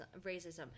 racism